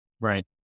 Right